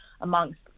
amongst